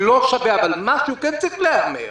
משהו כן צריך להיאמר.